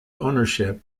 ownership